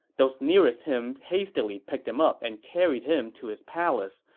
those nearest him hastily picked him up and carried him to his palace,